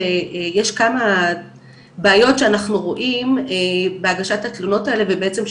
שיש כמה בעיות שאנחנו רואים בהגשת התלונות האלה ובעצם,